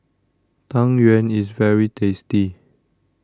Tang Yuen is very tasty